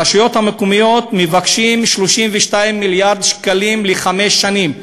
הרשויות המקומיות מבקשות 32 מיליארד שקלים לחמש שנים,